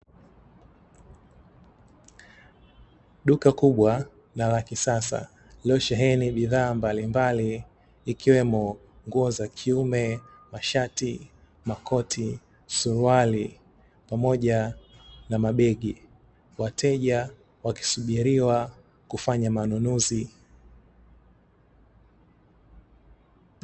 Duka kubwa na la kisasa, lililosheheni bidhaa mbalimbali, ikiwemo: nguo za kiume, mashati, makoti, suruali, pamoja na mabegi. Wateja wakisubiriwa kufanya manunuzi.